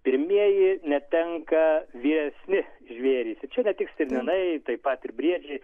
pirmieji netenka vyresni žvėrys čia ne tik stirninai taip pat ir briedžiai